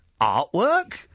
artwork